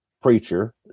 preacher